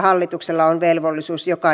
tätä on velvollisuus joka